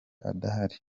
adahari